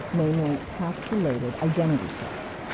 namely tax-related identity theft.